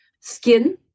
skin